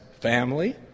family